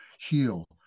heal